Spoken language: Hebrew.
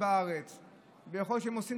לא מתנהגים,